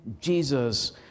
Jesus